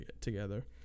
together